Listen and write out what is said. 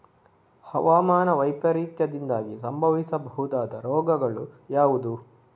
ಹವಾಮಾನ ವೈಪರೀತ್ಯದಿಂದಾಗಿ ಸಂಭವಿಸಬಹುದಾದ ರೋಗಗಳು ಯಾವುದು?